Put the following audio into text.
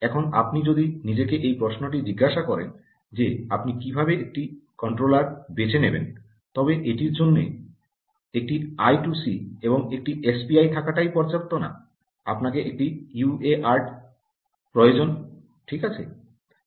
এখন আপনি যদি নিজেকে এই প্রশ্নটি জিজ্ঞাসা করেন যে আপনি কীভাবে একটি কন্ট্রোলার বেছে নেবেন তবে এটির জন্য একটি আই 2 সি এবং একটি এসপিআই থাকাটাই পর্যাপ্ত না আমাকে একটি ইউআরটও প্রয়োজন ঠিক আছে